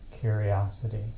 curiosity